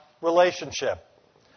relationship